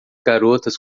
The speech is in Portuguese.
garotas